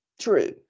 true